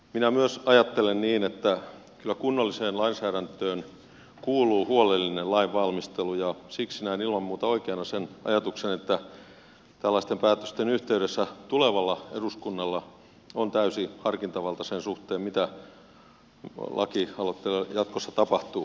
minä myös ajattelen niin että kyllä kunnolliseen lainsäädäntöön kuuluu huolellinen lainvalmistelu ja siksi näen ilman muuta oikeana sen ajatuksen että tällaisten päätösten yhteydessä tulevalla eduskunnalla on täysi harkintavalta sen suhteen mitä lakialoitteille jatkossa tapahtuu